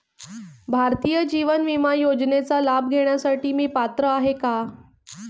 भारतीय जीवन विमा योजनेचा लाभ घेण्यासाठी मी पात्र आहे का?